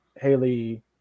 Haley